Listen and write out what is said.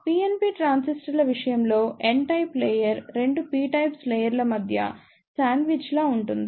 PNP ట్రాన్సిస్టర్ల విషయంలో n type layer రెండు p టైప్స్ లేయర్ ల మధ్య శాండ్విచ్ లా ఉంటుంది